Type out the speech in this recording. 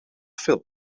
film